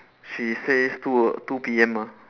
she says two two P_M mah